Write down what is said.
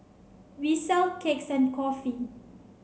we sell cakes and coffee